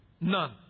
None